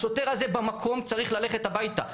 השוטר הזה במקום צריך ללכת הביתה,